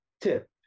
tip